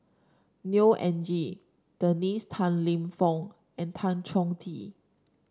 Neo Anngee Dennis Tan Lip Fong and Tan Chong Tee